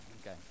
okay